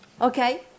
Okay